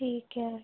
ਠੀਕ ਹੈ